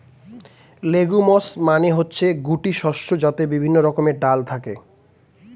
legumes মানে হচ্ছে গুটি শস্য যাতে বিভিন্ন রকমের ডাল থাকে